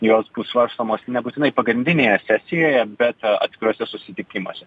jos bus svarstomos nebūtinai pagrindinėje sesijoje bet atskiruose susitikimuose